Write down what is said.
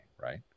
right